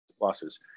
losses